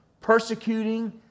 persecuting